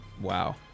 Wow